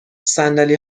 صندلی